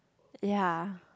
ya